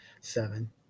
seven